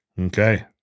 Okay